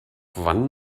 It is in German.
wann